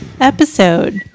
episode